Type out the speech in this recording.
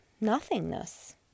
nothingness